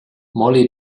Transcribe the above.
mollie